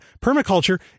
Permaculture